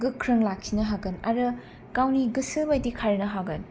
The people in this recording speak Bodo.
गोख्रों लाखिनो हागोन आरो गावनि गोसो बायदि खारनो हागोन